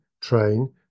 train